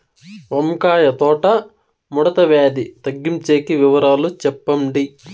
వంకాయ తోట ముడత వ్యాధి తగ్గించేకి వివరాలు చెప్పండి?